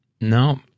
no